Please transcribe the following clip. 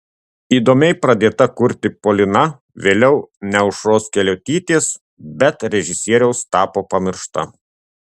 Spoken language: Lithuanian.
įdomiai pradėta kurti polina vėliau ne aušros keliuotytės bet režisieriaus tapo pamiršta